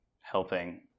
helping